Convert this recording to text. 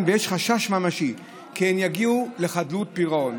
ויש חשש ממשי כי הן יגיעו לחדלות פירעון.